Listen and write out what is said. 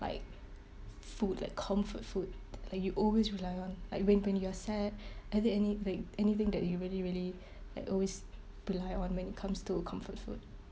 like food like comfort food like you always rely on like when when you're sad are there any anything that you really really like always rely on when it comes to comfort food